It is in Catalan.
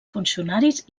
funcionaris